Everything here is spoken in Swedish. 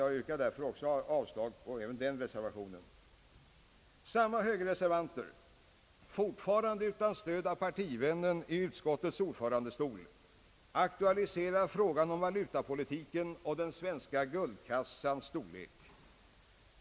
Jag yrkar därför avslag även på den reservationen. Samma högerreservanter — fortfarande utan stöd av partivännen i utskottets ordförandestol — aktualiserar frågan om valutapolitiken och den svenska guldkassans storlek.